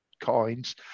coins